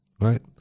right